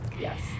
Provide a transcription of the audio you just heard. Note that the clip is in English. Yes